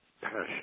passion